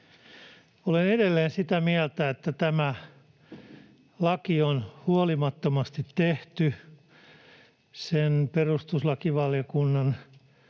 Olen edelleen sitä mieltä, että tämä laki on huolimattomasti tehty. Perustuslakivaliokunnan